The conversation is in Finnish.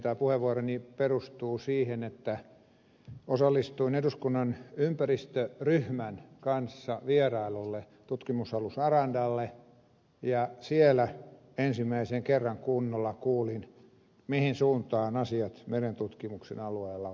puheenvuoroni perustuu siihen että osallistuin eduskunnan ympäristöryhmän kanssa vierailulle tutkimusalus arandalle ja siellä ensimmäisen kerran kunnolla kuulin mihin suuntaan asiat merentutkimuksen alueella ovat menossa